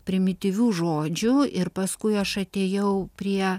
primityvių žodžių ir paskui aš atėjau prie